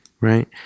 Right